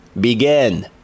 Begin